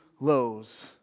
lows